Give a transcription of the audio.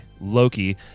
Loki